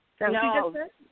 No